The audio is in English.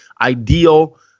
ideal